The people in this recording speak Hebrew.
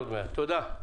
תודה.